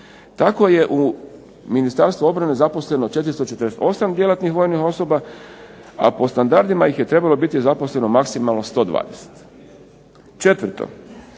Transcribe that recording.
Tako je u Ministarstvu obrane zaposleno 448 djelatnih vojnih osoba, a po standardima ih je trebalo biti zaposleno maksimalno 120. Četvrto,